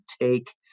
take